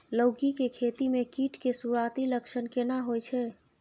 लौकी के खेती मे कीट के सुरूआती लक्षण केना होय छै?